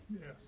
Yes